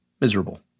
miserable